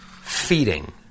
Feeding